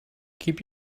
keep